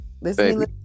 Listen